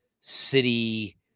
city